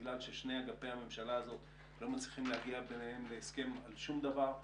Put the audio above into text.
בגלל ששני אגפי הממשלה הזאת לא מצליחים להגיע ביניהם להסכם על שום דבר.